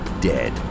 dead